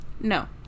No